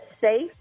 safe